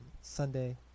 Sunday